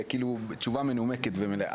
תשובה מנומקת ומלאה.